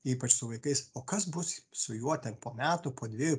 ypač su vaikais o kas bus su juo ten po metų po dviejų